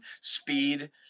speed